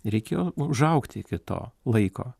reikėjo užaugti iki to laiko